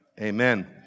amen